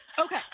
Okay